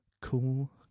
cool